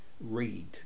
read